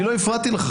אני לא הפרעתי לך,